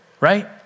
Right